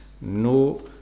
No